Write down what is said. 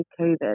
COVID